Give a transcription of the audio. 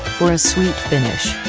for a sweet finish,